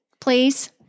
please